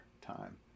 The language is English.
time